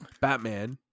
Batman